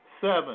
Seven